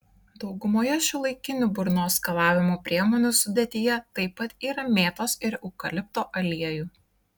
daugumoje šiuolaikinių burnos skalavimo priemonių sudėtyje taip pat yra mėtos ir eukalipto aliejų